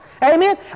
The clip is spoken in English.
Amen